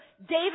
David